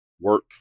work